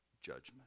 judgment